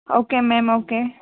okay ma'am okay